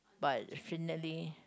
but finally